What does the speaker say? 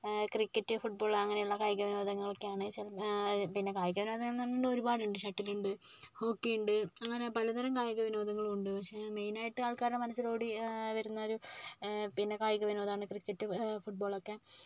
cricket football അങ്ങനെയുള്ള കായിക വിനോദങ്ങൾ ഒക്കെയാണ് പിന്നെ കായിക വിനോദങ്ങൾ ഒരുപാടുണ്ട് ഷട്ടിലുണ്ട് ഹോക്കിയുണ്ട് അങ്ങനെ പലതരം കായിക വിനോദങ്ങൾ ഉണ്ട് പക്ഷെ മെയിൻ ആയിട്ട് ആൾക്കാരുടെ മനസ്സിൽ ഓടി വരുന്ന ഒരു കായിക വിനോദമാണ് ക്രിക്കറ്റ് ഫുട് ബോളൊക്കെ